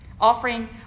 offering